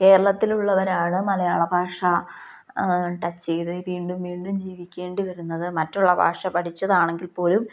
കേരളത്തിലുള്ളവരാണ് മലയാള ഭാഷ ടച്ച് ചെയ്ത് വീണ്ടും വീണ്ടും ജീവിക്കേണ്ടി വരുന്നത് മറ്റുള്ള ഭാഷ പഠിച്ചതാണെങ്കിൽ പോലും